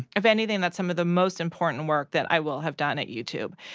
if anything, that's some of the most important work that i will have done at youtube.